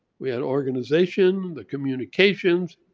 we had organization, the communications,